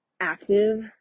active